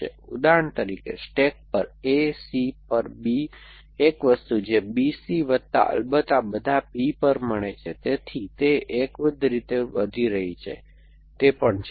તેથી ઉદાહરણ તરીકે સ્ટેક પર A C પર B એક વસ્તુ જે B C વત્તા અલબત્ત આ બધા P પર મળે છે તેથી તે એકવિધ રીતે વધી રહી છે તે પણ છે